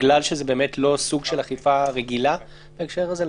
בגלל שזה באמת לא סוג של אכיפה רגילה בהקשר הזה.